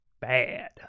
bad